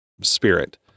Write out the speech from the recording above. spirit